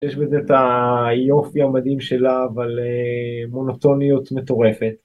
יש בזה את היופי המדהים שלה, אבל מונוטוניות מטורפת.